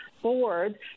board